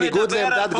לא.